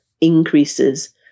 increases